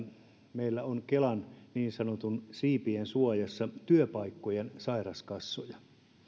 meillä on kelan niin sanotusti siipien suojassa työpaikkojen sairaskassoja